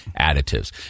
additives